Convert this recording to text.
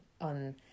on